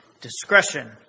discretion